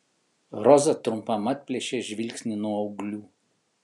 roza trumpam atplėšė žvilgsnį nuo ūglių